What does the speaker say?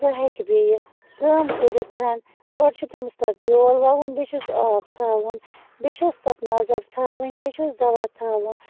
سۄ ہٮ۪کہِ بیٛیہِ کٲم کٔرِتھ گۄڈٕ چھُ تٔمِس تَتھ بیول وَوُن بیٚیہِ چھُس آب تھاوُن بیٚیہِ چھِس تَتھ نظر تھاوٕنۍ بیٚیہِ چھُس دوا تھاوُنۍ